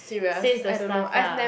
says the staff lah